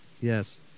Yes